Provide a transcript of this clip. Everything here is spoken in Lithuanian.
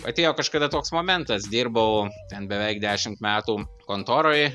atėjo kažkada toks momentas dirbau ten beveik dešimt metų kontoroj